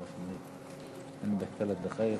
אדוני היושב-ראש,